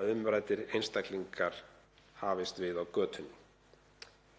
að umræddir einstaklingar hafist við á götunni.